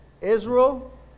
Israel